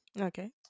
Okay